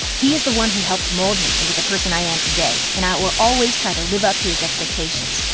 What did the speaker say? he is the one who helped mold me into the person i am today and i will always try to live up to his expectations.